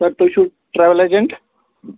سَر تُہۍ چھُو travel agent